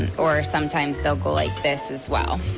and or sometimes they'll go like this as well.